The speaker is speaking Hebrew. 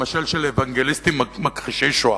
למשל, יש אוונגליסטים מכחישי שואה,